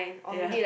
ya